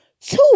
Two